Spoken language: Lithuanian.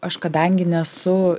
aš kadangi nesu